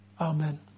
Amen